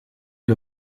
der